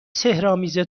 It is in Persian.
سحرآمیز